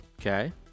Okay